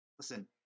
Listen